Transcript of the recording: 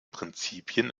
prinzipien